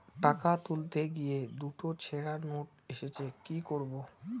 টাকা তুলতে গিয়ে দুটো ছেড়া নোট এসেছে কি করবো?